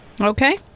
Okay